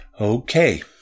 Okay